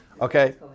Okay